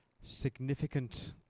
significant